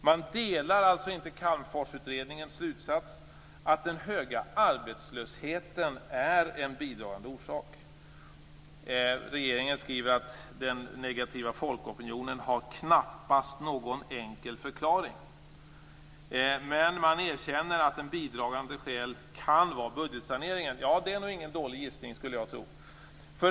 Man delar alltså inte Calmforsutredningens slutsats att den höga arbetslösheten är en bidragande orsak. Den negativa folkopinionen har "- knappast någon enkel förklaring -" skriver regeringen. Men den erkänner att ett bidragande skäl kan vara budgetsaneringen. Ja, det är nog ingen dålig gissning skulle jag tro.